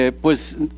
pues